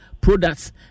products